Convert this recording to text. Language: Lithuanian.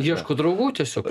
ieško draugų tiesiog